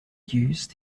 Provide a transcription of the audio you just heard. use